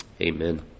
Amen